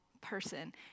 person